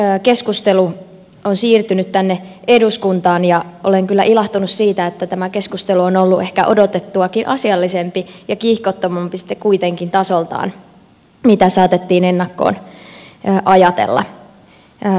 nyt keskustelu on siirtynyt tänne eduskuntaan ja olen kyllä ilahtunut siitä että tämä keskustelu on ollut ehkä odotettuakin asiallisempi ja kiihkottomampi kuitenkin tasoltaan kuin saatettiin ennakkoon ajatella